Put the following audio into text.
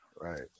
Right